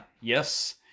yes